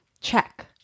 Check